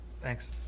thanks